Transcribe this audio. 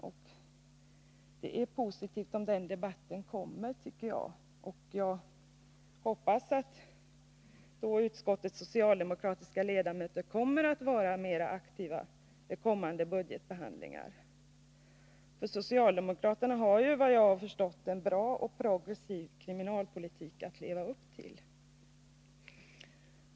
Jag tycker att det är positivt om den debatten kommer, och jag hoppas att utskottets socialdemokratiska ledamöter kommer att vara mera aktiva vid kommande budgetbehandlingar. Socialdemokraterna har ju, såvitt jag har förstått, en bra och progressiv kriminalpolitik att leva upp till.